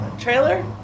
trailer